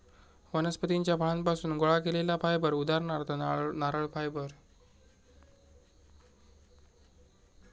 वनस्पतीच्या फळांपासुन गोळा केलेला फायबर उदाहरणार्थ नारळ फायबर